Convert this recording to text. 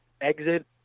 exit